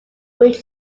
which